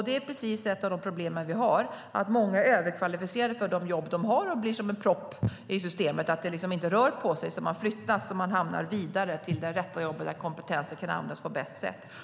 Det är just ett av de problem vi har: Många är överkvalificerade för de jobb de har och blir som en propp i systemet. Det rör inte på sig, och man kan inte flyttas och hamna vidare till det rätta jobbet där kompetensen kan användas på bästa sätt.